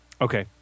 Okay